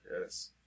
Yes